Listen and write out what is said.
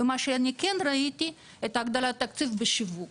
מה שאני כן ראיתי, זה הגדלת תקציב בשיווק.